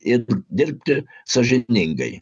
ir dirbti sąžiningai